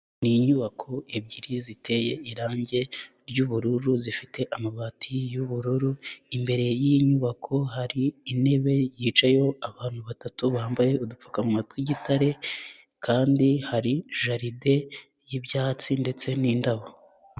Ni inyubako ebyiri ziteye irangi ry'ubururu zifite amabati y'ubururu, imbere y'inyubako hari intebe yicayeho abantu batatu bambaye udupfukama twigitare kandi hari jaride y'ibyatsi ndetse n'indabo.